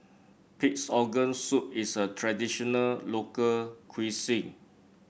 Pig's Organ Soup is a traditional local cuisine